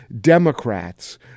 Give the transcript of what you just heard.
Democrats